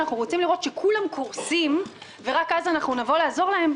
שאנחנו רוצים לראות שכולם קורסים ורק אז נבוא לעזור להם,